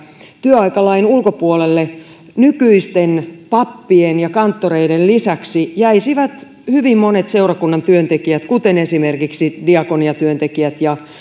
työaikalain ulkopuolelle nykyisten pappien ja kanttoreiden lisäksi jäisivät hyvin monet seurakunnan työntekijät kuten esimerkiksi diakoniatyöntekijät ja